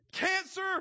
Cancer